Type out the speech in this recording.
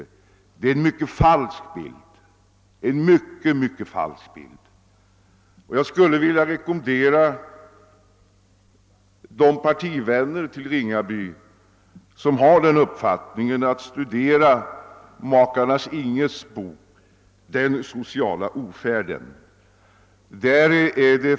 Det är en mycket falsk bild, och jag skulle vilja rekommendera de partivänner till herr Ringaby som delar hans uppfattning att studera makarna Inghes bok »Den ofärdiga välfärden».